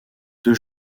deux